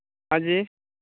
हाँ जी